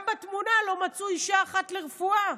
גם בתמונה לא מצאו אישה אחת לרפואה.